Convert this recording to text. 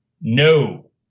No